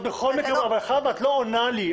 את לא עונה לי.